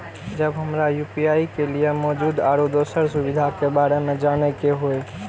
जब हमरा यू.पी.आई के लिये मौजूद आरो दोसर सुविधा के बारे में जाने के होय?